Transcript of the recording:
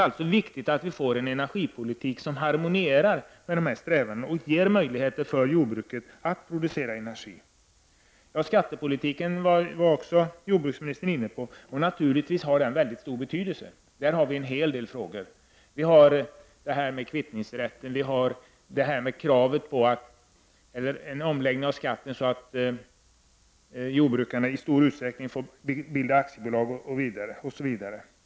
Det är viktigt med en energipolitik som harmonierar med dessa strävanden och ger möjlighet för jordbruket att producera energi. Jordbruksministern var också inne på skattepolitiken. Naturligtvis har den stor betydelse. Där har vi en hel del frågor att bevaka. Vi har detta med kvittningsrätten, vi har detta med en omläggning av skatten så att jordbrukarna i stor utsträckning får bilda aktiebolag osv.